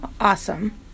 Awesome